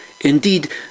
Indeed